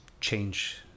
change